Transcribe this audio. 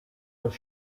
was